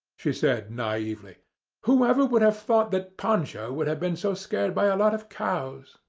she said, naively whoever would have thought that poncho would have been so scared by a lot of cows?